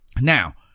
Now